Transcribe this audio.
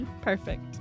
perfect